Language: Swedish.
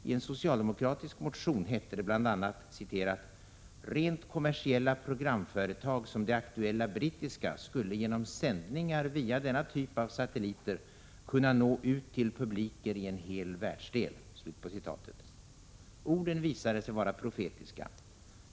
I en socialdemokratisk motion hette det bl.a.: ”Rent kommersiella programföretag som det aktuella brittiska skulle genom sändningar via denna typ av satelliter kunna nå ut till publiker i en hel världsdel.” Orden visade sig vara profetiska.